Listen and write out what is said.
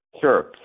sure